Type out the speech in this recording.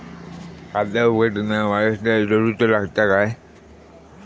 खाता उघडताना वारसदार जोडूचो लागता काय?